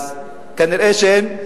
אז כנראה הם,